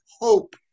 Hope